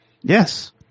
Yes